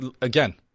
Again